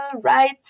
right